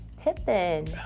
Pippin